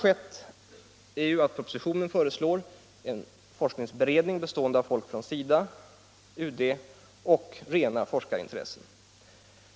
I propositionen föreslås nu en forskningsberedning bestående av folk från SIDA, UD och rena forskarintressen.